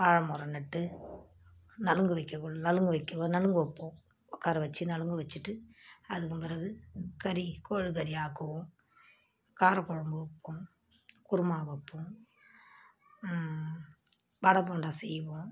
வாழை மரம் நட்டு நலங்கு வைக்கக்குள்ள நலங்கு வைக்க நலங்கு வைப்போம் உட்கார வச்சு நலங்க வச்சுட்டு அதுக்கும் பிறகு கறி கோழி கறி ஆக்குவோம் கார குழம்பு வைப்போம் குருமா வைப்போம் வடை போண்டா செய்வோம்